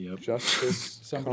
Justice